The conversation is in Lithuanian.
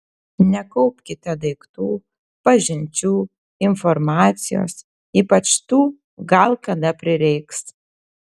nekaupkite daiktų pažinčių informacijos ypač tų gal kada prireiks